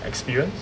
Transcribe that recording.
experience